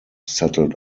settled